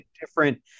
different